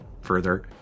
further